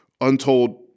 untold